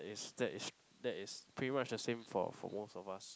yes that is that is pretty much the same for for most of us